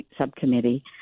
Subcommittee